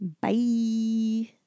Bye